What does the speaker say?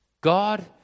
God